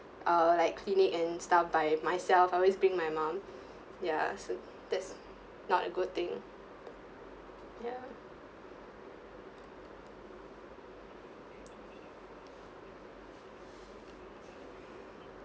uh like clinic and stuff by myself I always bring my mum ya so that's not a good thing ya